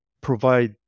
provide